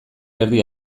erdi